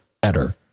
better